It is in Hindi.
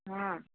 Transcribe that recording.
हाँ